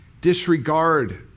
disregard